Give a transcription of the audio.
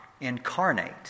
incarnate